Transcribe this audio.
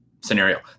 scenario